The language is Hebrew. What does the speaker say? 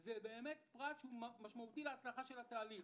זה באמת פרט משמעותי להצלחה של התהליך.